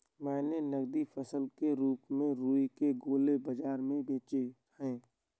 मैंने नगदी फसल के रूप में रुई के गोले बाजार में बेचे हैं